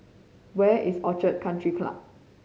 where is Orchid Country Club